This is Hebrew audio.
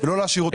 ולא להשאיר אותו